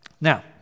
Now